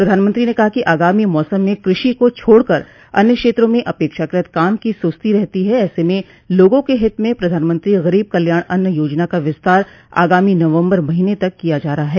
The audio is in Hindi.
प्रधानमंत्री ने कहा कि आगामी मौसम में कृषि को छोड़कर अन्य क्षेत्रों में अपेक्षाकृत काम की सुस्ती रहती है ऐसे में लोगों के हित में प्रधानमंत्री गरीब कल्याण अन्न योजना का विस्तार आगामी नवम्बर महीने तक किया जा रहा है